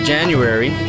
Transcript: January